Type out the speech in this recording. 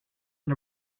and